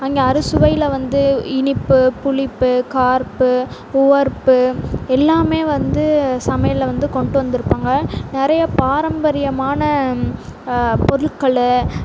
அங்கே அறுசுவையில் வந்து இனிப்பு புளிப்பு கார்ப்பு உவர்ப்பு எல்லாமே வந்து சமையலில் வந்து கொண்டுட்டு வந்திருப்பாங்க நிறையா பாரம்பரியமான பொருள்களை